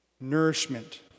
Nourishment